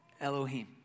Elohim